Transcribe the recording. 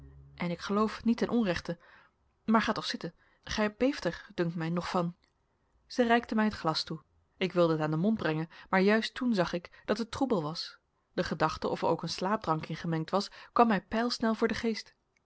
en ik geloof niet ten onrechte maar ga toch zitten gij beeft er dunkt mij nog van zij reikte mij het glas toe ik wilde het aan den mond brengen maar juist toen zag ik dat het troebel was de gedachte of er ook een slaapdrank in gemengd was kwam mij pijlsnel voor den geest